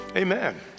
amen